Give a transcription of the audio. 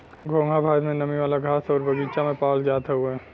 घोंघा भारत में नमी वाला घास आउर बगीचा में पावल जात हउवे